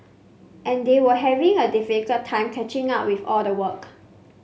and they were having a difficult time catching up with all the work